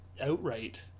outright